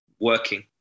working